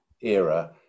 era